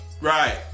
right